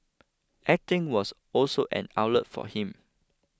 acting was also an outlet for him